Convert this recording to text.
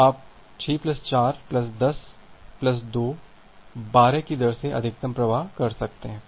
तो आप 6 plus 4 plus 10 plus 2 12 की दर से अधिकतम प्रवाह भेज सकते हैं